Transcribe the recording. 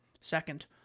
Second